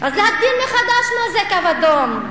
אז להגדיר מחדש מה זה קו אדום,